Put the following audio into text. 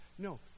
No